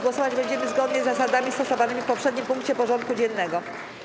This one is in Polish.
Głosować będziemy zgodnie z zasadami stosowanymi w poprzednim punkcie porządku dziennego.